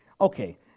Okay